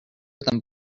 than